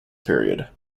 period